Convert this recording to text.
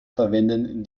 verwenden